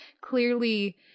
clearly